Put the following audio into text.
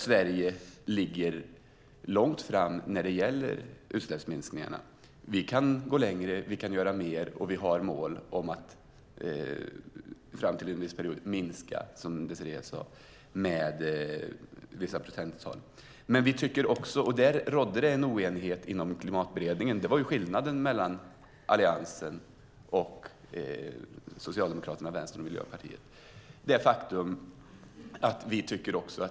Sverige ligger långt framme när det gäller utsläppsminskningar. Vi kan gå längre, och vi kan göra mer. Vi har mål om att minska med vissa procent under en viss period. Här rådde det oenighet inom Klimatberedningen. Vi tycker att det är rimligt att vi gör mer i andra länder. Det var skillnaden mellan Alliansen och Socialdemokraterna, Vänstern och Miljöpartiet.